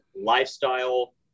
lifestyle